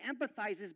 empathizes